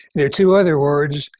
there are two other words